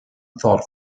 thought